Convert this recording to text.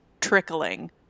trickling